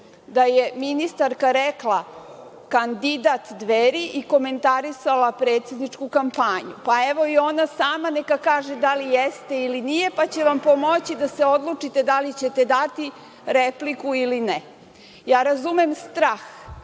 da je ministarka rekla „kandidat Dveri“ i komentarisala predsedničku kampanju. Evo, ona sama neka kaže da li jeste ili nije, pa će vam pomoći da se odlučite da li ćete dati repliku ili ne. Ja razumem strah,